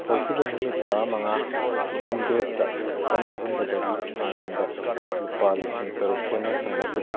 ꯍꯧꯈꯤꯕ ꯅꯨꯃꯤꯠ ꯇꯔꯥꯃꯉꯥ ꯐꯤꯞꯇꯤꯟ ꯗꯦꯖꯇ ꯀꯅꯥꯒꯨꯝꯕꯗꯒꯤ ꯑꯩꯉꯣꯟꯗ ꯂꯨꯄꯥ ꯂꯤꯁꯤꯡ ꯇꯔꯨꯛ ꯍꯦꯟꯅ ꯆꯪꯂꯛꯈꯤꯕ꯭ꯔꯥ